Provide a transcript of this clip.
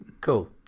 Cool